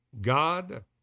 God